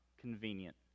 convenient